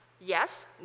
Yes